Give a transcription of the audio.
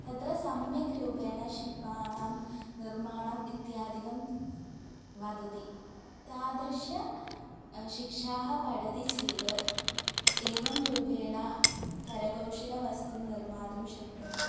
तत्र सम्यक् रूपेण शिल्पाणां निर्माणम् इत्यादिकं वदति तादृशी शिक्षा पठति चेत् एवं रूपेण करकौशलवस्तुं निर्मातुं शक्नोति